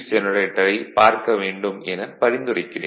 ஜெனரேட்டரைப் பார்க்க வேண்டும் என பரிந்துரைக்கிறேன்